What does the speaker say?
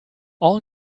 all